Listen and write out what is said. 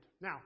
now